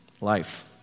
life